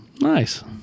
nice